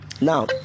Now